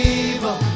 evil